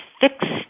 fixed